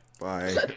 Bye